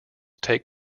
take